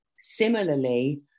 similarly